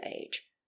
age